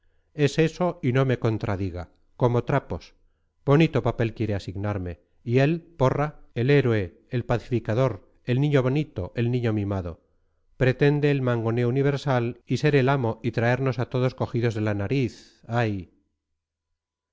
es eso y no me contradiga como trapos bonito papel quiere asignarme y él porra el héroe el pacificador el niño bonito el niño mimado pretende el mangoneo universal y ser el amo y traernos a todos cogidos de la nariz ay